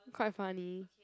quite funny